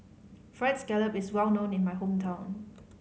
Fried Scallop is well known in my hometown